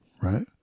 right